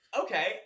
okay